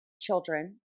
children